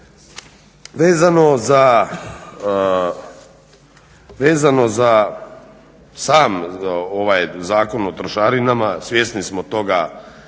Vezano za sam ovaj Zakon o trošarinama svjesni smo toga